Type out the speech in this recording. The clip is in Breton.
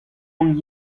hon